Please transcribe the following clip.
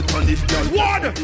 One